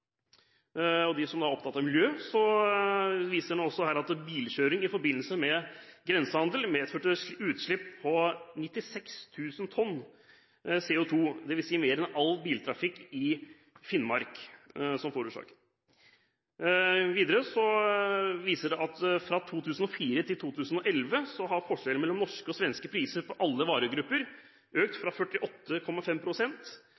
er opptatt av miljø, viser rapporten at – «bilkjøring i forbindelse med grensehandel medførte utslipp av 93 000 tonn CO2, dvs. mer enn det all biltrafikk i Finnmark forårsaker.» Videre: – «Fra 2004 til 2011 har forskjellen mellom norske og svenske priser på alle varegrupper økt